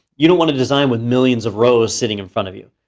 you don't want to design with millions of rows sitting in front of you.